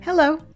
Hello